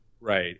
Right